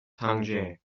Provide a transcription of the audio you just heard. tangier